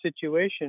situation